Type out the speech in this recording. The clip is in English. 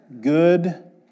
good